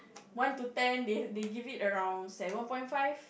one to ten they they give it around seven point five